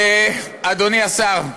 אדוני השר,